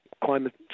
climate